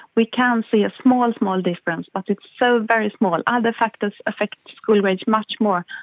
we can see a small, and small difference, but it's so very small. other factors affect school grades much more,